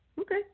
Okay